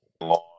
Long